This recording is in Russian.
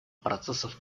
процессов